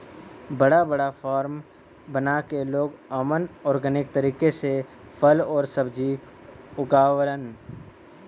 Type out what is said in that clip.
बड़ा बड़ा फार्म बना के लोग ओमन ऑर्गेनिक तरीका से फल आउर सब्जी उगावलन